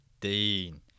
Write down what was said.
Dean